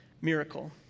miracle